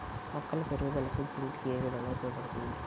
మొక్కల పెరుగుదలకు జింక్ ఏ విధముగా ఉపయోగపడుతుంది?